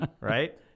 Right